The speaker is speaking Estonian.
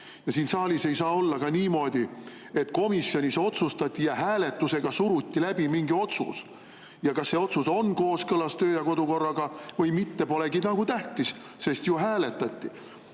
Siin saalis ei saa olla ka niimoodi, et komisjonis otsustati, hääletusega suruti läbi mingi otsus, kas see otsus on kooskõlas töö- ja kodukorraga või mitte, polegi tähtis, sest ju hääletati.